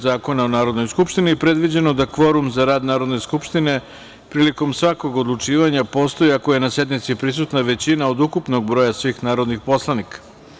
Zakona o Narodnoj skupštini predviđeno da kvorum za rad Narodne skupštine prilikom svakog odlučivanja postoji ako je na sednici prisutna većina od ukupnog broja svih narodnih poslanika.